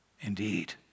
indeed